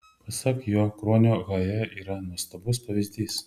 pasak jo kruonio hae yra nuostabus pavyzdys